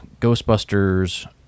Ghostbusters